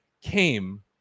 came